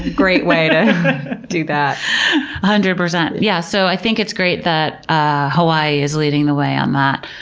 great way to do that. a hundred percent. yeah so i think it's great that ah hawaii is leading the way on that.